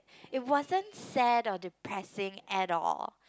it wasn't sad or depressing at all